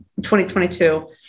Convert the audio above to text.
2022